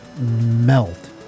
Melt